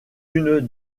une